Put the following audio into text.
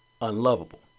unlovable